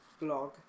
blog